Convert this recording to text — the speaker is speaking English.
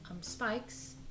spikes